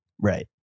right